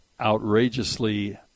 outrageously